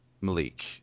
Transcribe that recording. Malik